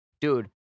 Dude